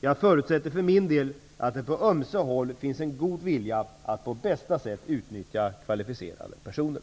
Jag förutsätter för min del att det på ömse håll finns en god vilja att på bästa sätt utnyttja kvalificerade personer.